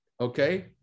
Okay